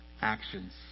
actions